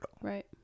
Right